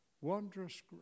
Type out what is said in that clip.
wondrous